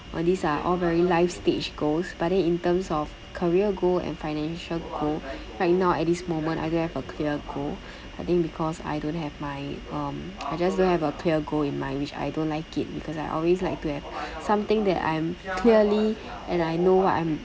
and these are all very life stage goals but then in terms of career goal and financial goal right now at this moment I don't have a clear goal I think because I don't have my um I just don't have a clear goal in mind which I don't like it because I always like to have something that I'm clearly and I know what I'm